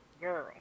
Girl